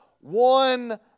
one